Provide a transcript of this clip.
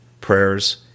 prayers